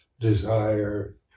desire